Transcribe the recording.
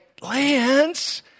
Lance